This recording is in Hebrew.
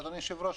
אדוני היושב-ראש,